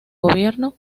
gobierno